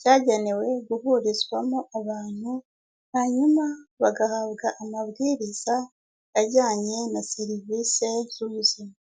cyagenewe guhurizwamo abantu, hanyuma bagahabwa amabwiriza ajyanye na serivisi z'ubuzima.